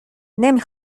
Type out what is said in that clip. نمی